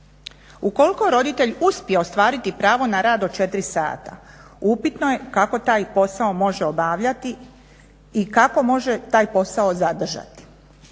Ukoliko roditelj uspije ostvariti pravo na rad od 4 sata upitno je kako taj posao može obavljati i kako može taj posao zadržati.